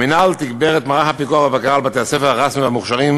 המינהל תגבר את מערך הפיקוח והבקרה על בתי-הספר הרשמיים והמוכש"רים